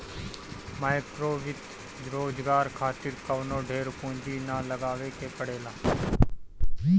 माइक्रोवित्त रोजगार खातिर कवनो ढेर पूंजी ना लगावे के पड़ेला